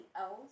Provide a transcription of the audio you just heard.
else